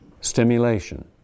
stimulation